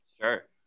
Sure